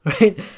right